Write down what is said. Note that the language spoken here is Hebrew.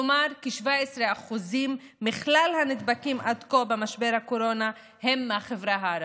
כלומר כ-17% מכלל הנדבקים עד כה במשבר הקורונה הם מהחברה הערבית.